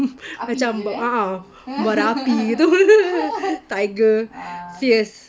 macam a'ah bara api gitu tiger fierce